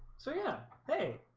so yeah, hey